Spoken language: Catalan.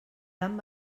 tant